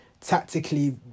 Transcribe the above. tactically